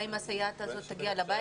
האם הסייעת הזאת תגיע לבית?